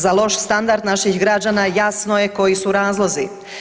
Za loš standard naših građana jasno je koji su razlozi.